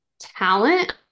talent